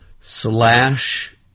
slash